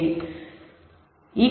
என்பதை